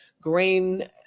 grain